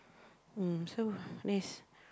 mm so this